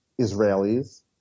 Israelis